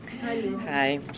Hi